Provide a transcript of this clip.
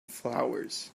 flowers